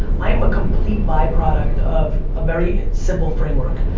i am a complete byproduct of a very simple framework.